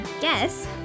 guess